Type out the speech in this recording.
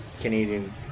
Canadian